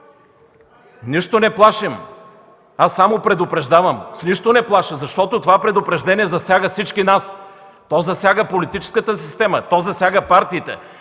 Не Ви плашим! Само предупреждавам, не плаша! Това предупреждение засяга всички нас. То засяга политическата система, засяга партиите,